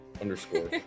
underscore